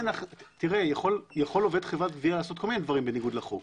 יכול עובד חברת גבייה לעשות כל מיני דברים בניגוד לחוק.